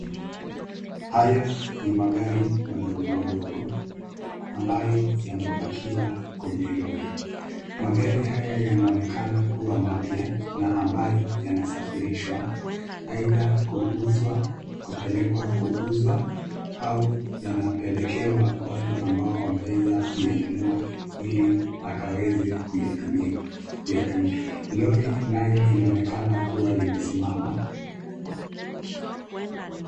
Haya ni magari madogo madogo, ambayo yamepakiwa kwenye lori. Magari haya yanaonekana kuwa mapya na ambayo yanasafirishwa aidha kuuzwa, kupelekwa kuuzwa au yanapelekewa watu ambao wameweza kuyanunua, ili wakaweze kuyatumia. Lori nalo linaonekana kuwa limesimama.